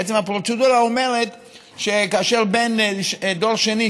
עצם הפרוצדורה אומרת שכאשר בן דור שני,